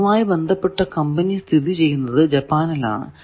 അതുമായി ബന്ധപ്പെട്ട കമ്പനി സ്ഥിതി ചെയ്യുന്നത് ജപ്പാനിൽ ആണ്